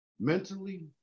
Mentally